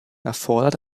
erfordert